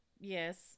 Yes